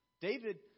David